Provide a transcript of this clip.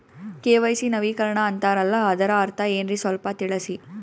KYC ನವೀಕರಣ ಅಂತಾರಲ್ಲ ಅದರ ಅರ್ಥ ಏನ್ರಿ ಸ್ವಲ್ಪ ತಿಳಸಿ?